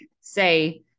say